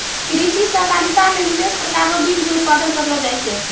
कृषि सहकारिता मे विशेष प्रकार रो बीज भी उत्पादन करलो जाय छै